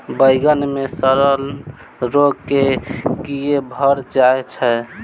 बइगन मे सड़न रोग केँ कीए भऽ जाय छै?